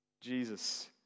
Jesus